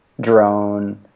drone